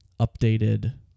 updated